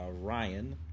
Ryan